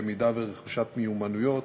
למידה ורכישת מיומנויות,